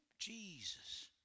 Jesus